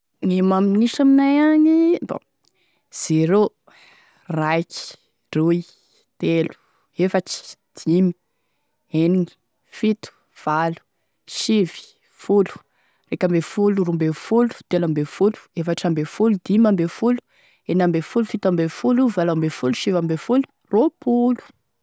Gne magnisa aminay agny bon: zéro, raiky, roy, telo, efatry, dimy, enigny, fito, valo, sivy, folo, raiky ambe folo, roa ambe folo, telo ambe folo, efatry ambe folo, dimy ambe folo, enigny ambe folo, fito ambe folo, valo ambe folo, sivy ambe folo, roapolo.